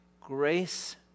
Grace